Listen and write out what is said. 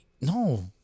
no